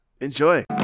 enjoy